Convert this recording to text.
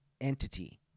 entity